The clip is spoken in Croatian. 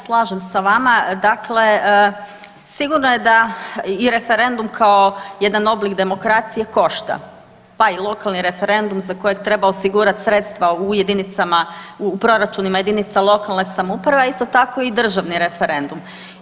Pa ja se slažem sa vama, dakle sigurno je da i referendum kao jedan oblik demokracije košta, pa i lokalni referendum za kojeg treba osigurati sredstva u jedinicama, u proračunima jedinica lokalne samouprave, a isto tako i državni referendum.